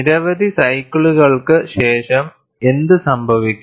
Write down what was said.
നിരവധി സൈക്കിളുകൾക്ക് ശേഷം എന്ത് സംഭവിക്കും